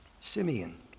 Simeon